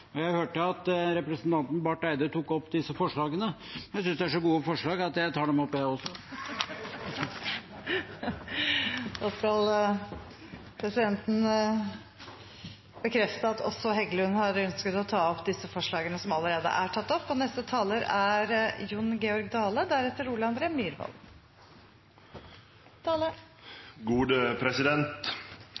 hørte at representanten Barth Eide tok opp disse forslagene. Jeg synes de er så gode forslag at jeg tar dem opp, jeg også! Da skal presidenten bekrefte at også representanten Heggelund har lyst til å ta opp disse forslagene, som altså allerede er tatt opp.